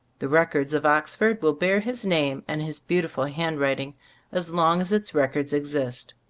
the records of oxford will bear his name and his beautiful handwriting as long as its records exist.